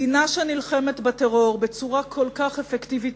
מדינה שנלחמת בטרור בצורה אפקטיבית